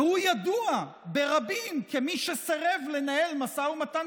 והוא ידוע ברבים כמי שסירב לנהל משא ומתן